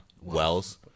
Wells